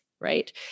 right